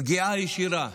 פגיעה ישירה,